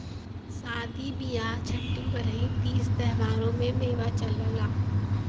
सादी बिआह छट्ठी बरही तीज त्योहारों में मेवा चलला